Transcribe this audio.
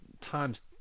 times